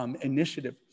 initiative